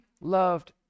loved